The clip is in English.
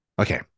Okay